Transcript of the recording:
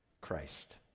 Christ